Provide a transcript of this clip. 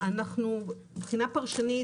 מבחינה פרשנית,